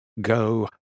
go